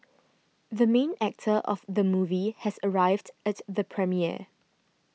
the main actor of the movie has arrived at the premiere